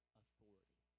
authority